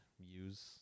use